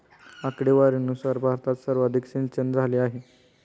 आकडेवारीनुसार भारतात सर्वाधिक सिंचनझाले आहे